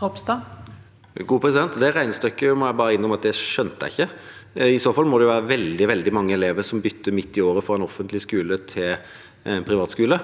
Ropstad (KrF) Det regne- stykket må jeg bare innrømme at jeg ikke skjønte. I så fall må det være veldig, veldig mange elever som bytter midt i året fra en offentlig skole til en privat skole.